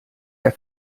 der